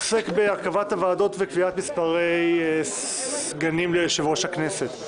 סדר היום עוסק בהרכבת הוועדות וקביעת מספרי סגנים ליושב-ראש הכנסת.